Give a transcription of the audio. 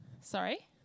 Sorry